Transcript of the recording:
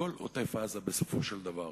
הכול עוטף-עזה בסופו של דבר.